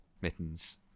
mittens